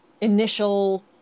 initial